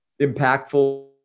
impactful